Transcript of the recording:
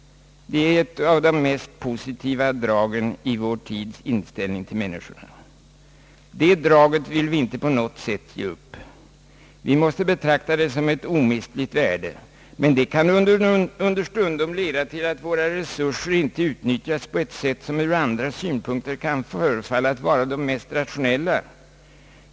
Det är ett av de mest positiva Statsverkspropositionen m.m. dragen i vår tids inställning till människorna. Det draget vill vi inte på något sätt ge upp. Vi måste betrakta det som ett omistligt värde. Men det kan understundom leda till att våra resurser inte utnyttjas på ett sätt som ur andra synpunkter kan förefalla att vara det mest rationella.